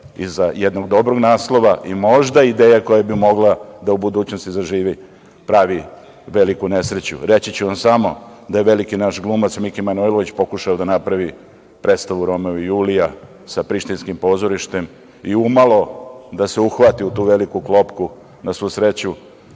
iza jednog dobrog naslova i možda ideja koja bi mogla da u budućnosti zaživi, pravi veliku nesreću. Reći ću vam samo da je veliki naš glumac Miki Manojlović pokušao da napravi predstavu „Romeo i Julija“ sa prištinskim pozorištem i umalo da se uhvati u tu veliku klopku. Na svu sreću,